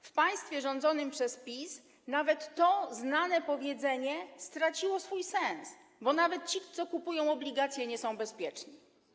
W państwie rządzonym przez PiS nawet to znane powiedzenie straciło swój sens, bo nawet ci, którzy kupują obligacje, nie są bezpieczni.